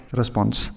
response